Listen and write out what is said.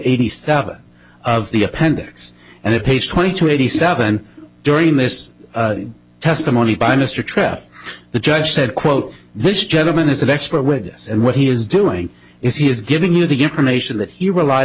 eighty seven of the appendix and it page twenty two eighty seven during this testimony by mr tripp the judge said quote this gentleman is an expert witness and what he is doing is he is giving you the information that he relied